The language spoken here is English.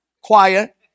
quiet